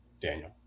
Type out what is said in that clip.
Daniel